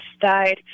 died